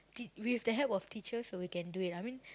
tea~ with the help of teachers we can do it I mean